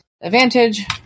Advantage